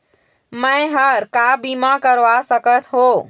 मैं हर का बीमा करवा सकत हो?